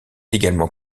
également